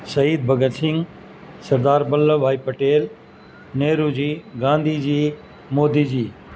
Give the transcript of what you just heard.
شہید بھگت سنگھ سردار ولبھ بھائی پٹیل نہرو جی گاندھی جی مودی جی